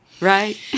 Right